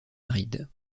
aride